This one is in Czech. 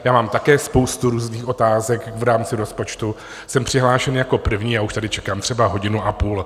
Já mám také spoustu různých otázek v rámci rozpočtu, jsem přihlášen jako první a už tady čekám třeba hodinu a půl.